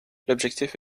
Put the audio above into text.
l’objectif